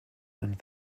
and